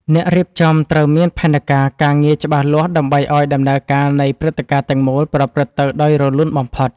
អ្នករៀបចំត្រូវមានផែនការការងារច្បាស់លាស់ដើម្បីឱ្យដំណើរការនៃព្រឹត្តិការណ៍ទាំងមូលប្រព្រឹត្តទៅដោយរលូនបំផុត។